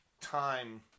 time